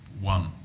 one